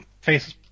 face